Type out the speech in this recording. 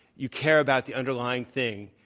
you care about the underlying thing.